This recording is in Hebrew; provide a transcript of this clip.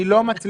אני לא יכול.